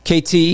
KT